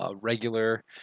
Regular